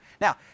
Now